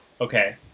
okay